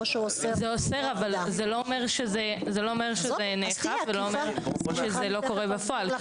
החוק אוסר אבל זה לא אומר שזה לא קורה בפועל ושהחוק נאכף,